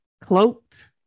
Cloaked